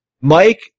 Mike